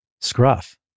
scruff